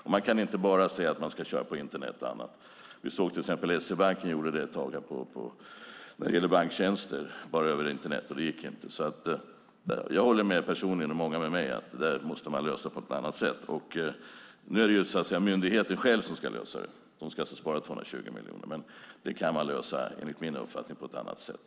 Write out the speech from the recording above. Och man kan inte bara säga att man ska använda Internet. Vi såg till exempel SEB göra det ett tag när det gällde banktjänster, bara över Internet, och det gick inte. Jag personligen, och många med mig, håller med om att det här måste lösas på ett annat sätt. Nu är det ju myndigheten själv som ska lösa det. Man ska alltså spara 220 miljoner. Men det kan man lösa, enligt min uppfattning, på ett annat sätt.